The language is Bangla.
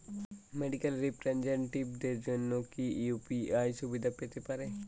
মেডিক্যাল রিপ্রেজন্টেটিভদের জন্য কি ইউ.পি.আই সুবিধা পেতে পারে?